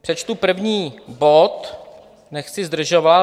Přečtu první bod, nechci zdržovat: